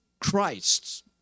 Christs